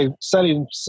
selling